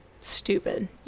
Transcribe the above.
stupid